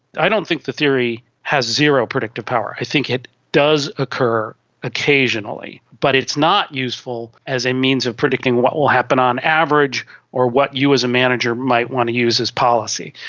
i don't think the theory has zero predictive power, i think it does occur occasionally. but it's not useful as a means of predicting what will happen on average or what you as a manager might want to use as policy.